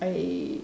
I